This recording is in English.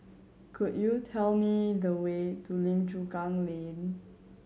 could you tell me the way to Lim Chu Kang Lane